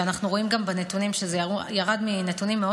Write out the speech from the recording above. ואנחנו רואים גם בנתונים שזה ירד מנתונים מאוד